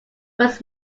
was